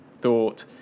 thought